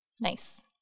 Nice